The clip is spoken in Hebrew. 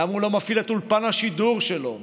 למה הוא לא מפעיל את אולפן השידור שלו,